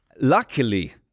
Luckily